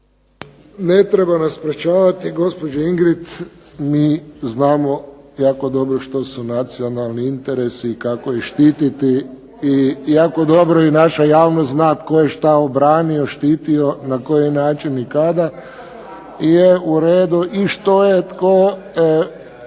Ne treba nas sprečavati gospođo Ingrid mi znamo jako dobro što su nacionalni i kako ih štiti i jako dobro i naša javnost zna tko je što obranio, štitio, na koji način i kada. Uredu, i što je tko